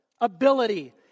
ability